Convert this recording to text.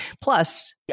Plus